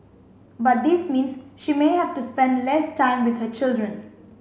but this means she may have to spend less time with her children